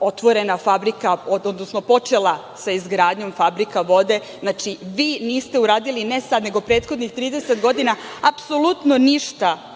otvorena fabrika, odnosno počela sa izgradnjom Fabrika vode. Znači, vi niste uradili, ne sad, nego prethodnih 30 godina, apsolutno ništa,